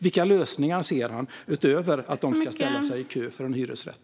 Vilka lösningar ser han, utöver att de ska ställa sig i kö för en hyresrätt?